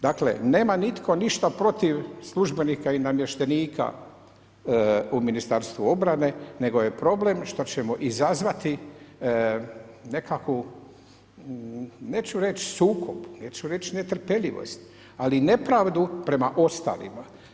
Dakle nema nitko ništa protiv službenika i namještenika u Ministarstvu obrane nego je problem što ćemo izazvati nekakvu neću reći sukob, neću reći netrpeljivost ali nepravdu prema ostalima.